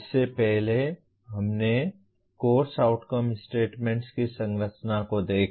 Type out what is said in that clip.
इससे पहले हमने कोर्स आउटकम स्टेटमेंट्स की संरचना को देखा